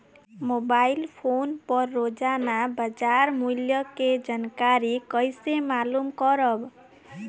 Mobile phone पर रोजाना बाजार मूल्य के जानकारी कइसे मालूम करब?